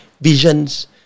visions